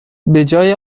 بجای